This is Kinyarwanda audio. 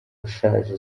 ashaje